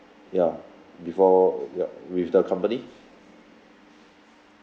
ya before ya with the company